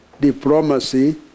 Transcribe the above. diplomacy